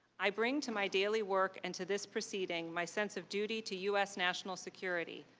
i bring to my daily work into this proceeding my sense of duty to u s. national security,